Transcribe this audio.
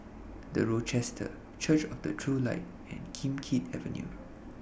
The Rochester Church of The True Light and Kim Keat Avenue